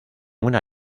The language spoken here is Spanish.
una